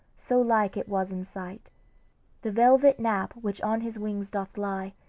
so like it was in sight the velvet nap which on his wings doth lie,